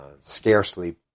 scarcely